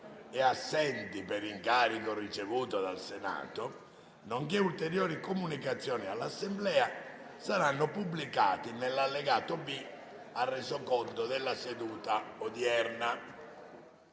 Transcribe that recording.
e assenti per incarico ricevuto dal Senato, nonché ulteriori comunicazioni all'Assemblea saranno pubblicati nell'allegato B al Resoconto della seduta odierna.